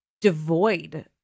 devoid